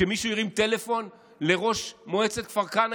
שמישהו הרים טלפון לראש מועצת כפר כנא,